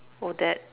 Odette